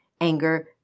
anger